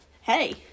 hey